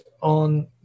on